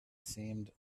seemed